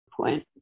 point